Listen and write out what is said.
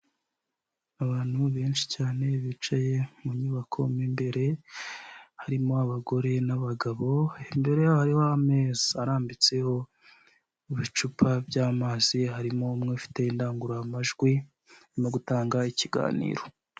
Abantu benshi cyane bicaye mu nyubako, mu imbere harimo abagore n'abagabo imbere yaho hariho amezi arambitseho ibicupa by'amazi, harimo umwe ufite indangururamajwi urimo gutanga ikiganiro.